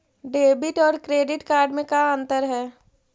Debit और credit card में का अंतर है?